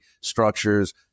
structures